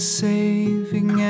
saving